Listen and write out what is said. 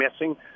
missing